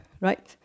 right